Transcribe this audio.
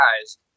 guys